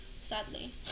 Sadly